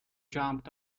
jumped